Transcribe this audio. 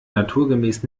naturgemäß